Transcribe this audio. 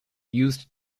used